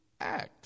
act